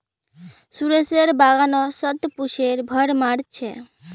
सुरेशेर बागानत शतपुष्पेर भरमार छ